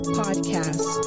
podcast